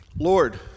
Lord